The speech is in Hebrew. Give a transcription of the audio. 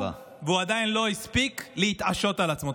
והוא עדיין לא הספיק להתעשת על עצמו.